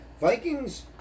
Vikings